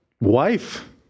wife